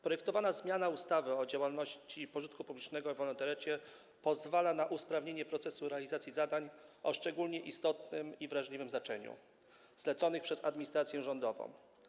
Projektowana zmiana ustawy o działalności pożytku publicznego i o wolontariacie pozwala na usprawnienie procesu realizacji zadań o szczególnie istotnym i wrażliwym znaczeniu zleconych przez administrację rządową.